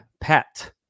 pet